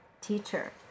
teacher